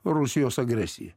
rusijos agresiją